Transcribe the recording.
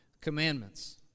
commandments